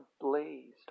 blazed